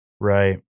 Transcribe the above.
Right